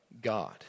God